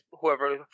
whoever